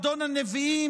אדון הנביאים,